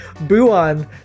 Buon